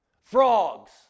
Frogs